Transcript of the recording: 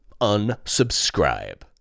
Unsubscribe